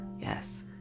Yes